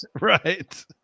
Right